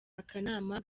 akanama